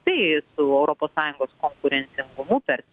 tai su europos sąjungos konkurencingumu per